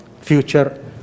future